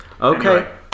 okay